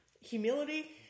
humility